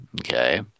Okay